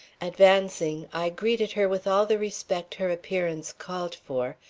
advancing, i greeted her with all the respect her appearance called for,